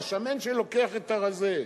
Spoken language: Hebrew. או השמן שלוקח את הרזה.